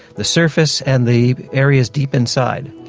the surface and the areas deep inside.